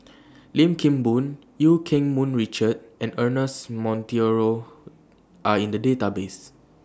Lim Kim Boon EU Keng Mun Richard and Ernest Monteiro Are in The databases